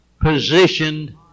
positioned